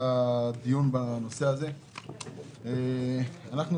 תודה, אדוני.